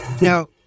No